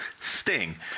Sting